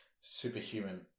superhuman